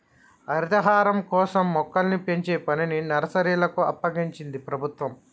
హరితహారం కోసం మొక్కల్ని పెంచే పనిని నర్సరీలకు అప్పగించింది ప్రభుత్వం